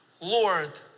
Lord